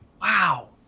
Wow